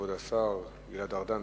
כבוד השר גלעד ארדן,